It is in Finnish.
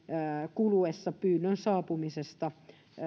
kuluessa pyynnön saapumisesta